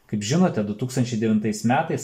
kaip žinote du tūkstančiai devintais metais